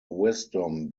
wisdom